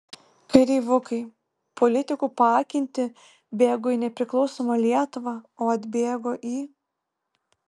kareivukai politikų paakinti bėgo į nepriklausomą lietuvą o atbėgo į